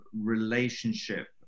relationship